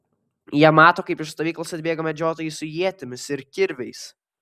jie mato kaip iš stovyklos atbėga medžiotojai su ietimis ir kirviais